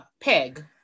pig